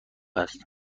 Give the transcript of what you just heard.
است